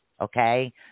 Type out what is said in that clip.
okay